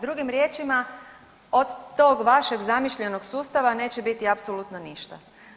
Drugim riječima, od tog vašeg zamišljenog sustava neće biti apsolutno ništa.